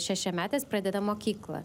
šešiametis pradeda mokyklą